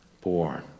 born